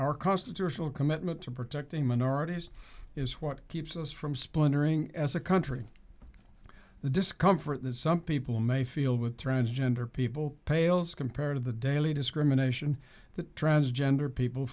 our constitutional commitment to protecting minorities is what keeps us from splintering as a country the discomfort that some people may feel with transgender people pales compared to the daily discrimination that transgender people